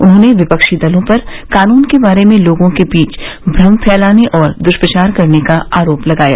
उन्होंने विपक्षी दलों पर कानून के बारे में लोगों के बीच भ्रम फैलाने और दुष्पचार करने का आरोप लगाया